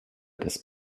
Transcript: des